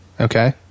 Okay